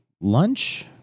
lunch